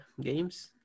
games